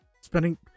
spending